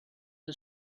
the